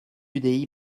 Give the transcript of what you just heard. udi